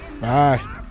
bye